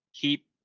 Keep